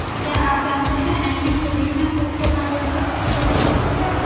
क्या आप जानते है एंगलिंग विधि में हुक के माध्यम से मछली पकड़ी जाती है